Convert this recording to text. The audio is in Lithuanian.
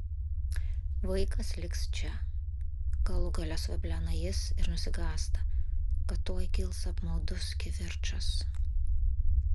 vaikas liks čia galų gale suveblena jis ir nusigąsta kad tuoj kils apmaudus kivirčas